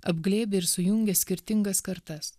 apglėbia ir sujungia skirtingas kartas